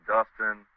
Dustin